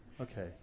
Okay